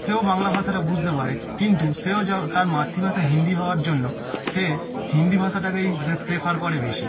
সেও বাংলা ভাষাটা বুঝতে পারে কিন্তু সেও যা তার মাতৃভাষা হিন্দি হওয়ার জন্য সে হিন্দি ভাষাটাকেই প্রেফার করে বেশি